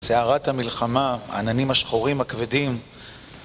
סערת המלחמה, העננים השחורים הכבדים